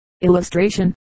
Illustration